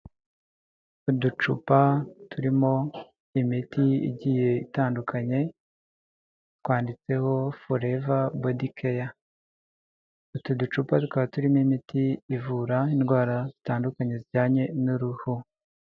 Uducupa turimo imiti igiye itandukanye twanditseho forever body care utu ducupa tukaba turimo imiti ivura indwara zitandukanye zijyanye n'uruhu.